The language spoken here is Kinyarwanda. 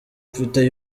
mfite